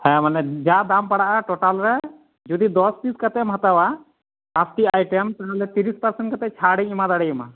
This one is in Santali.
ᱦᱮᱸ ᱢᱟᱱᱮ ᱡᱟ ᱫᱟᱢ ᱯᱟᱲᱟᱜᱼᱟ ᱴᱳᱴᱟᱞ ᱨᱮ ᱡᱩᱫᱤ ᱫᱚᱥ ᱯᱤᱥ ᱠᱟᱛᱮᱢ ᱦᱟᱛᱟᱣᱟ ᱥᱟᱛᱴᱤ ᱟᱭᱴᱮᱢ ᱛᱟᱦᱚᱞᱮ ᱛᱤᱨᱤᱥ ᱯᱟᱨᱥᱮᱱ ᱠᱟᱛᱮᱫ ᱪᱷᱟᱲᱤᱧ ᱮᱢᱟᱫᱟᱲᱮᱭᱟᱢᱟ